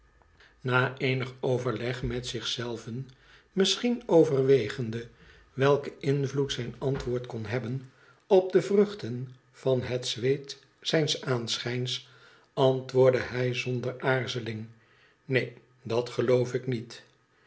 na eenig overleg met zich zei ven misschien overwegende welken invloed zijn antwoord kon hebben op de vruchten van het zweet zijns aanschijns antwoordde hij zonder aarzeling neen dat geloof ik niet